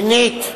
שנית,